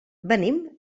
venim